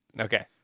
Okay